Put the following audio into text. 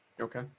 Okay